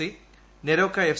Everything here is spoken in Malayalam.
C Neroca F